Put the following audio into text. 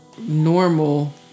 normal